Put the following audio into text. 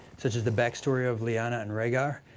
such as the back story of lyanna and rhaegar,